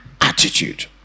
attitude